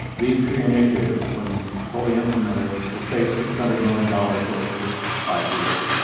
these three initiatives, when fully implemented, will save six hundred million dollars over the first five years.